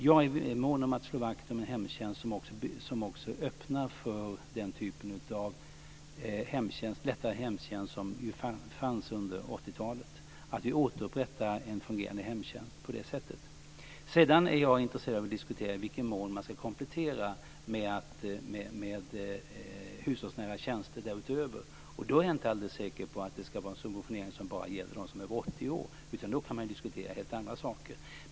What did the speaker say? Jag är också mån om att slå vakt om en hemtjänst som återupprättar den typ av lättare hemtjänst som fanns under 80-talet. Vidare är jag intresserad av i vilken mån man ska kunna komplettera med hushållsnära tjänster därutöver. Jag är inte alldeles säker på att det då ska vara fråga om en subventionering bara för dem som är över 80 år, utan man kan diskutera helt andra saker.